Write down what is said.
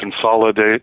consolidate